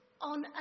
on